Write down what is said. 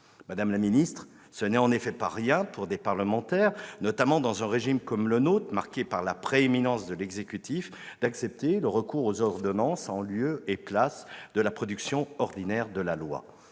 madame la ministre, ce n'est pas rien pour des parlementaires, notamment dans un régime comme le nôtre, marqué par la prééminence de l'exécutif, d'accepter le recours aux ordonnances en lieu et place de la production ordinaire de la loi.